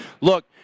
look